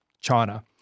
China